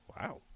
Wow